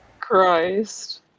Christ